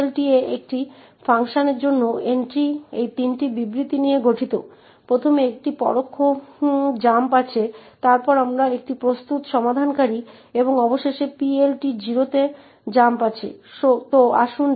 এটিকে আরও পরিষ্কার করার জন্য আমরা যা করতে পারি তা হল print3ac এবং কেবল s সমান 60 এটি নির্দিষ্ট করুন